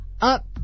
up